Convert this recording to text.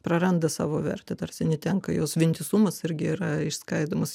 praranda savo vertę tarsi netenka jos vientisumas irgi yra išskaidomas